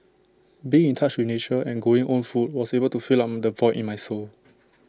being in touch with nature and growing own food was able to fill up the void in my soul